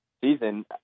season